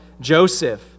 Joseph